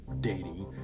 dating